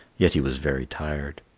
yet he was very tired.